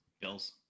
Bills